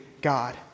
God